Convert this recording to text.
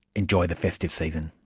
enjoy the festive season